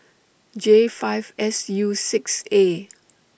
J five S U six A